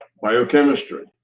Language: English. biochemistry